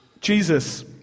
Jesus